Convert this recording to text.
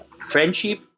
friendship